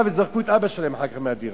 וזרקו את אבא שלהם אחר כך מהדירה.